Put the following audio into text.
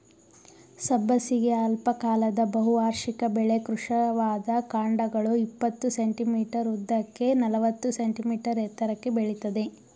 ಸಬ್ಬಸಿಗೆ ಅಲ್ಪಕಾಲದ ಬಹುವಾರ್ಷಿಕ ಬೆಳೆ ಕೃಶವಾದ ಕಾಂಡಗಳು ಇಪ್ಪತ್ತು ಸೆ.ಮೀ ಉದ್ದಕ್ಕೆ ನಲವತ್ತು ಸೆ.ಮೀ ಎತ್ತರಕ್ಕೆ ಬೆಳಿತದೆ